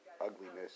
ugliness